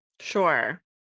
Sure